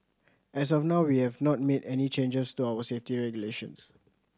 as of now we have not made any changes to our safety regulations